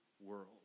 world